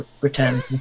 return